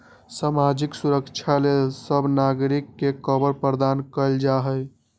सामाजिक सुरक्षा लेल सभ नागरिक के कवर प्रदान कएल जाइ छइ